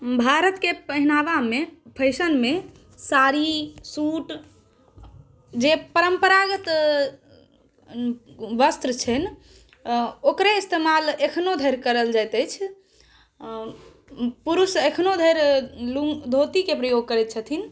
भारतके पहिनावामे फैशनमे साड़ी सुट जे परम्परागत वस्त्र छनि ओकरे इस्तेमाल एखनो धरि करल जाइत अछि आओर पुरुष एखनो धरि धोतिके प्रयोग करै छथिन